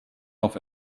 auf